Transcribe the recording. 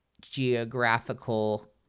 geographical